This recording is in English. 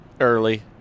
early